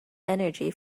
energy